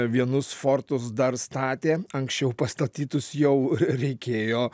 vienus fortus dar statė anksčiau pastatytus jau reikėjo